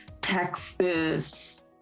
texas